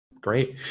Great